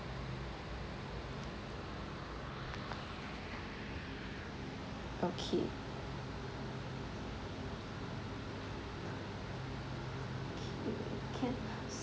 okay okay can